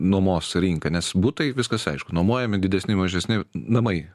nuomos rinka nes butai viskas aišku nuomojami didesni mažesni namai